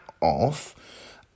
off